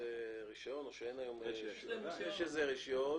היום רישיון.